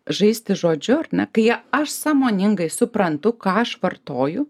žaisti žodžiu ar ne kai aš sąmoningai suprantu ką aš vartoju